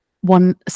one